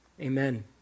Amen